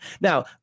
now